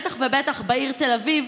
בטח ובטח בעיר תל אביב,